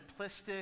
simplistic